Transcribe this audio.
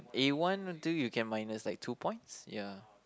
A one or two you can minus like two points ya